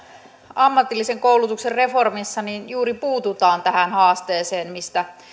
ammatillisen koulutuksen reformissa juuri puututaan tähän haasteeseen mistä